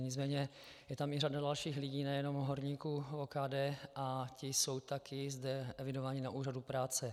Nicméně je tam i řada dalších lidí, nejenom horníků OKD, a ti jsou také zde evidováni na úřadu práce.